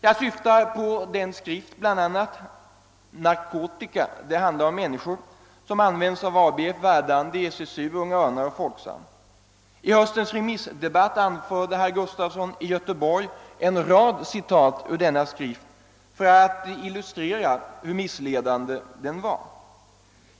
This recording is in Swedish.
Jag tänker bl.a. på skriften »Narkotika — det handlar om människor«, som används av ABF, Verdandi, SSU, Unga Örnar och Folksam. I höstens remissdebatt anförde herr Gustafson i Göteborg en rad citat ur denna skrift för att illustrera hur missledande den är.